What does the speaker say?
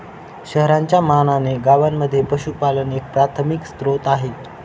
शहरांच्या मानाने गावांमध्ये पशुपालन एक प्राथमिक स्त्रोत आहे